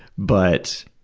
but